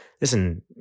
listen